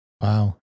Wow